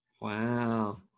Wow